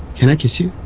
can i kiss you?